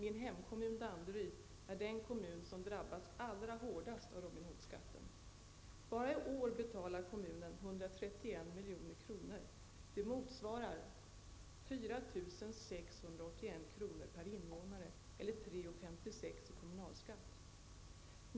Min hemkommun Danderyd är den kommun som har drabbats allra hårdast av Robin Hood-skatten. Bara i år betalar kommunen 131 3:56 kr. i kommunalskatt.